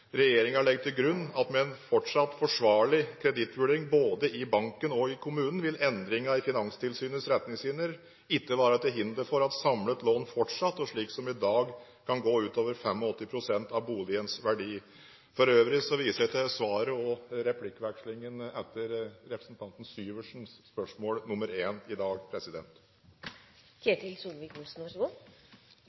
legger til grunn at med en fortsatt forsvarlig kredittvurdering, både i banken og i kommunen, vil endringen i Finanstilsynets retningslinjer ikke være til hinder for at samlet lån fortsatt og slik som i dag kan gå utover 85 pst. av boligens verdi. For øvrig viser jeg til svaret og replikkvekslingen etter representanten Syversens spørsmål nr. 1 i dag.